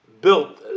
built